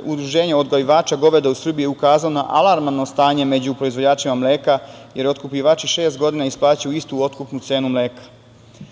udruženja odgajivača goveda u Srbiji ukazao je na alarmantno stanje među proizvođačima mleka jer je otkupljivači šest godina plaćaju istu otkupnu cenu mleka.